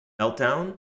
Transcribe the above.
meltdown